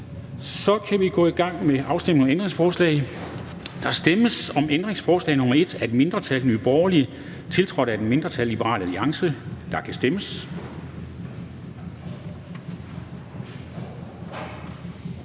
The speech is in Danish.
Så kan vi gå i gang med afstemningen om ændringsforslagene. Der stemmes om ændringsforslag nr. 1 af et mindretal (NB), tiltrådt af et mindretal (LA), og der kan stemmes.